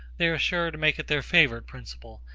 they are sure to make it their favourite principle,